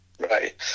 Right